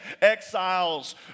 exiles